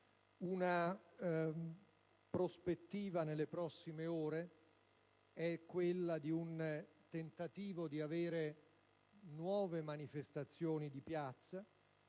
Una prospettiva nelle prossime ore è quella di un tentativo di avere nuove manifestazioni di piazza,